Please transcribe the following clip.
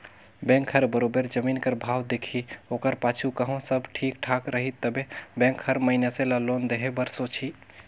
bank हर बरोबेर जमीन कर भाव देखही ओकर पाछू कहों सब ठीक ठाक रही तबे बेंक हर मइनसे ल लोन देहे बर सोंचही